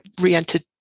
re-entered